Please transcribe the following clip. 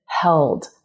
held